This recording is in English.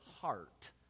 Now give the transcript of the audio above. heart